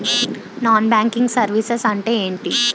Non banking services అంటే ఎంటి?